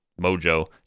mojo